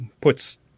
puts